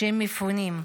כשהם מפונים,